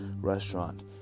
restaurant